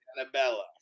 Annabella